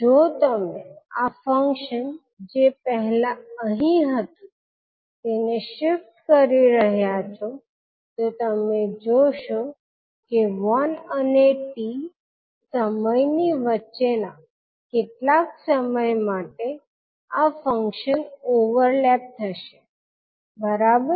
જો તમે આ ફંક્શન જે પહેલા અહીં હતું તેને શિફ્ટ કરી રહ્યા છો તો તમે જોશો કે 1 અને 𝑡 સમયની વચ્ચેના કેટલાક સમય માટે આ ફંક્શન ઓવરલેપ થશે બરાબર